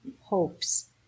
hopes